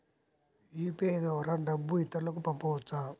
UPI ద్వారా డబ్బు ఇతరులకు పంపవచ్చ?